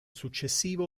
successivo